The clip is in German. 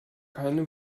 keine